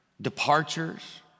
departures